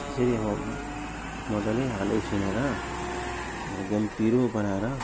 त्यसरी अब मजाले आलु उसिनेर एकदम पिरो बनाएर